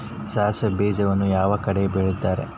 ಸಾಸಿವೆ ಬೇಜಗಳನ್ನ ಯಾವ ಕಡೆ ಬೆಳಿತಾರೆ?